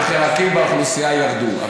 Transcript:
וחלקים באוכלוסייה ירדו.